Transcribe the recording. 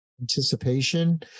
anticipation